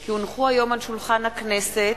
כי הונחו היום על שולחן הכנסת,